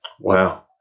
Wow